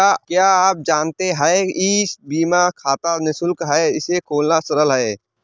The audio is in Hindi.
क्या आप जानते है ई बीमा खाता निशुल्क है, इसे खोलना सरल है?